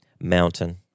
Mountain